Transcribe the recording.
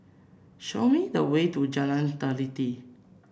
show me the way to Jalan Teliti